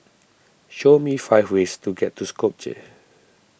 show me five ways to get to Skopje